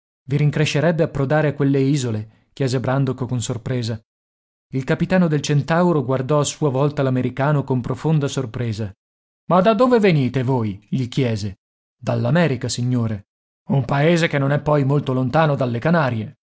i rincrescerebbe approdare a quelle isole chiese brandok con sorpresa il capitano del centauro guardò a sua volta l'americano con profonda sorpresa ma da dove venite voi gli chiese dall'america signore un paese che non è poi molto lontano dalle canarie